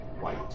white